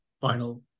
final